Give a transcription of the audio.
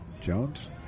Jones